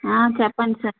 చెప్పండి సార్